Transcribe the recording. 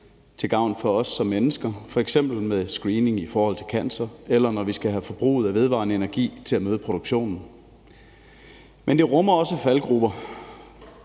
til gavn for os som mennesker. Det drejer sig f.eks. Om screening i forhold til cancer, eller når vi skal have forbruget af vedvarende energi til at møde produktionen. Men det rummer også faldgruber.